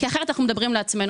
אחרת אנחנו מדברים לעצמנו.